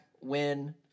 win